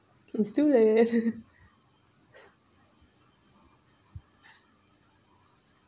can still